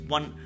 One